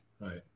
Right